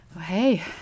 Hey